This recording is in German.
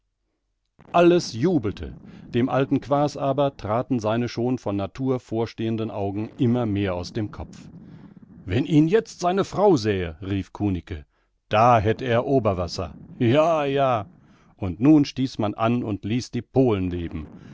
alles jubelte dem alten quaas aber traten seine schon von natur vorstehenden augen immer mehr aus dem kopf wenn ihn jetzt seine frau sähe rief kunicke da hätt er oberwasser ja ja und nun stieß man an und ließ die polen leben